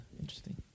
interesting